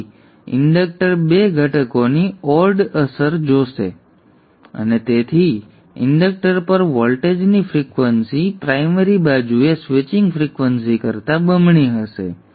આથી ઇન્ડક્ટર 2 ઘટકોની or ed અસર જોશે અને તેથી ઇન્ડક્ટર પર વોલ્ટેજની ફ્રિક્વન્સી પ્રાઇમરી બાજુએ સ્વિચિંગ ફ્રિક્વન્સી કરતા બમણી હશે